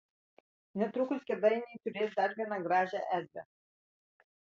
netrukus kėdainiai turės dar vieną gražią erdvę